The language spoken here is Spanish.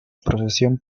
procesión